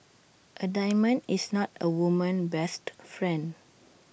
A diamond is not A woman's best friend